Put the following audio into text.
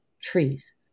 trees